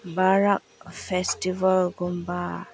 ꯕꯔꯥꯛ ꯐꯦꯁꯇꯤꯚꯦꯜꯒꯨꯝꯕ